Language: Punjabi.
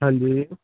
ਹਾਂਜੀ